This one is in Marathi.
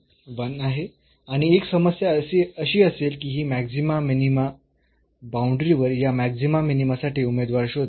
तर आहे आणि एक समस्या अशी असेल की ही मॅक्सीमा मिनीमा बाऊंडरी वर या मॅक्सीमा मिनीमा साठी उमेदवार शोधणे